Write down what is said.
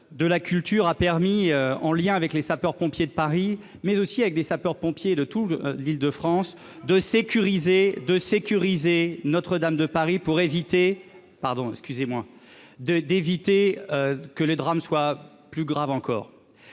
de la Culture a permis, en lien avec les sapeurs-pompiers de Paris, mais aussi avec les sapeurs-pompiers, de tout l'Île-de-France de sécuriser de sécuriser, Notre-Dame de Paris pour éviter, pardon, excusez-moi de d'éviter que les drames, soit, plus grave encore,